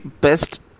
best